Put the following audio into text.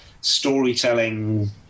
storytelling